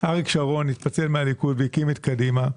אריק שרון התפצל מהליכוד והקים את קדימה,